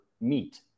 meet